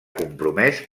compromès